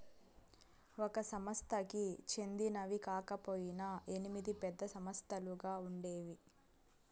ఒక సంస్థకి చెందినవి కాకపొయినా ఎనిమిది పెద్ద సంస్థలుగా ఉండేవి